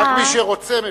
רק מי שרוצה מבין,